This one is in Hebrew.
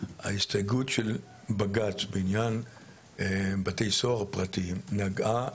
ההסתייגות של בג"ץ בעניין בתי סוהר פרטיים נגעה